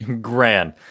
Grand